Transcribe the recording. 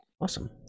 awesome